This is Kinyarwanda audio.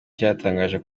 cyatangaje